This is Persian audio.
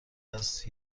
است